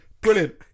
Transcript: Brilliant